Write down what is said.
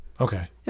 Okay